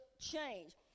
change